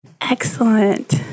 Excellent